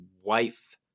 wife